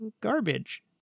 garbage